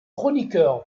chroniqueur